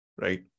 right